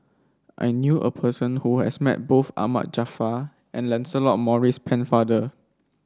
I knew a person who has met both Ahmad Jaafar and Lancelot Maurice Pennefather